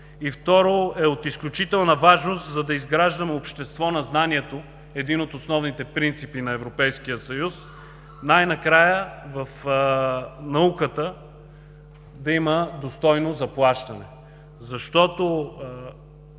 И второ, е от изключителна важност, за да изграждаме общество на знанието – един от основните принципи на Европейския съюз, най накрая в науката да има достойно заплащане, защото